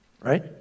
right